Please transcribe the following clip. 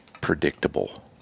predictable